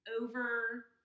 over